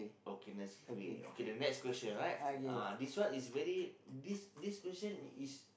okay Nescafe okay the next question right uh this one is very this this question is